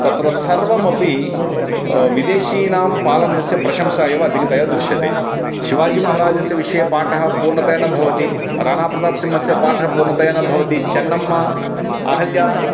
तत्र सर्वमपि विदेशीयानां पालनस्य प्रशंसा एव अधिकतया दृश्यते शिवाजीमहाराजस्य विषये पाठः पूर्णतया न भवति राणाप्रतापसिंहस्य पाठः पूर्णतया न भवति चेन्नम्मा अहल्या